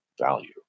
value